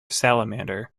salamander